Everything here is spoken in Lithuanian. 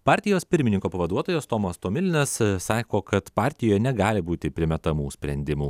partijos pirmininko pavaduotojas tomas tomilinas sako kad partijoj negali būti primetamų sprendimų